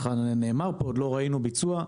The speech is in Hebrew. נאמר פה שעוד לא ראינו ביצוע.